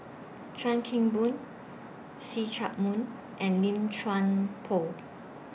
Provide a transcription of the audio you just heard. Chuan Keng Boon See Chak Mun and Lim Chuan Poh